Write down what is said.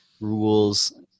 rules